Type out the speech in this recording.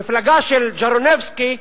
המפלגה של ז'ירינובסקי,